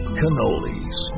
cannolis